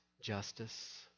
justice